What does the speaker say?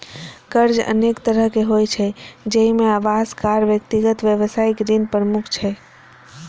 कर्ज अनेक तरहक होइ छै, जाहि मे आवास, कार, व्यक्तिगत, व्यावसायिक ऋण प्रमुख छै